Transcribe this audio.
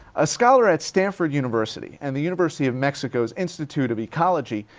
a scholar at stanford university and the university of mexico's institute of ecology,